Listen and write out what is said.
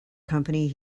company